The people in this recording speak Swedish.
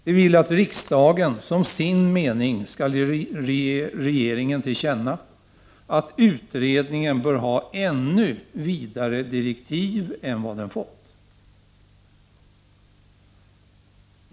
De vill att riksdagen som sin mening skall ge regeringen till känna att utredningen bör ha ännu vidare direktiv än vad den fått.